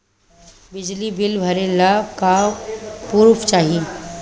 बिजली बिल भरे ला का पुर्फ चाही?